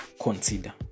consider